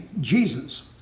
Jesus